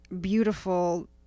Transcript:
beautiful